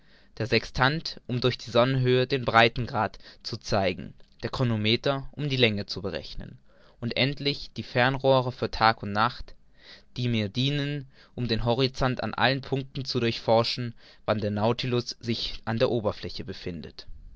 der sextant um durch die sonnenhöhe den breitegrad zu zeigen der chronometer um die länge zu berechnen und endlich die fernröhre für tag und nacht die mir dienen um den horizont an allen punkten zu durchforschen wann der nautilus sich an der oberfläche befindet